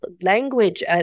language